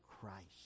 Christ